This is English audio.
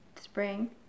spring